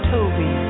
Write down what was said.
Toby